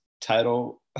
title –